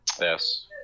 Yes